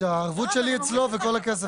כשהערבות שלי אצלו וכל הכסף.